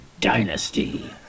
dynasty